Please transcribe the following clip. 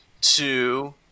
two